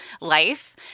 life